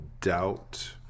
doubt